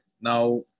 Now